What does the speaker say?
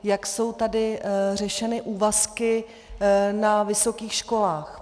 Jak jsou tady řešeny úvazky na vysokých školách?